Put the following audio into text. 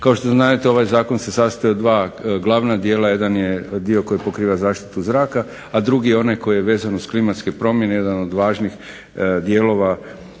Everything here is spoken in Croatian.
Kao što znate ovaj zakon se sastoji od dva glavna dijela, jedan je dio koji pokriva zaštitu zraka, a drugi je onaj koji je vezan uz klimatske promjene jedan od važnih dijelova